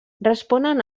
responen